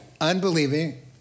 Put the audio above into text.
Unbelieving